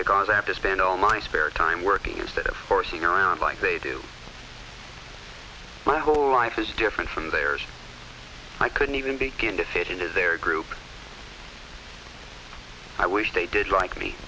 they cause them to spend all my spare time working instead of forcing around like they do my whole life is different from theirs i couldn't even begin to fit into their group i wish they did like me